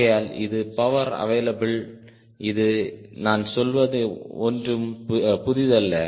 ஆகையால் இது power available இது நான் சொல்வது ஒன்றும் புதிதல்ல